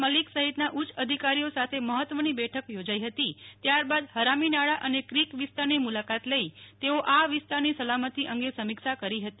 મલિક સહિતના ઉચ્ય અધિકારીઓ સાથે મહત્વની બેઠક યોજાઈ હતી ત્યારબાદ હરામીનાળા અને ક્રિક વિસ્તારની મુલાકાત લઇ તેઓ આ વિસ્તારની સલામતિ અંગે સમીક્ષા કરી હતી